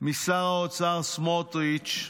משר האוצר סמוטריץ'